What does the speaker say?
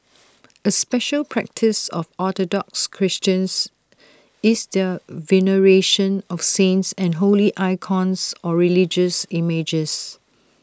A special practice of Orthodox Christians is their veneration of saints and holy icons or religious images